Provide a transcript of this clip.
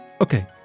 okay